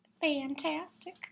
Fantastic